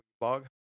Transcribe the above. blog